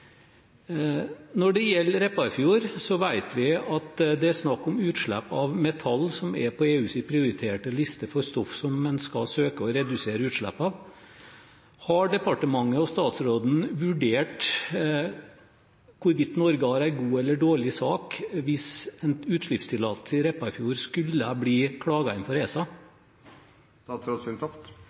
Når det gjelder Repparfjorden, vet vi at det er snakk om utslipp av metaller som er på EUs prioriterte liste over stoff som man skal søke å redusere utslipp av. Har departementet og statsråden vurdert hvorvidt Norge har en god eller dårlig sak hvis utslippstillatelse i Repparfjorden skulle bli klaget inn for ESA?